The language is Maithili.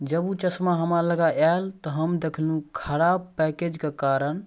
जब ओ चश्मा हमरा लग आयल तऽ हम देखलहुॅं खराप पैकेजके कारण